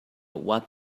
what